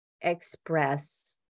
express